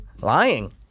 lying